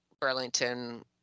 Burlington